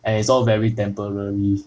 and it's all very temporary